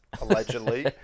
allegedly